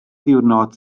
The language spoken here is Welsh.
ddiwrnod